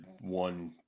one